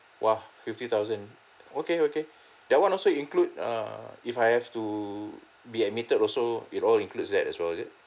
!wah! fifty thousand okay okay that one also include err if I have to be admitted also it all include that as well is it